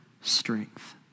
strength